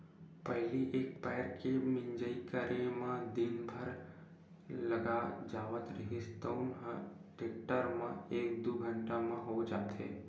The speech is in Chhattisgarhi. पहिली एक पैर के मिंजई करे म दिन भर लाग जावत रिहिस तउन ह टेक्टर म एक दू घंटा म हो जाथे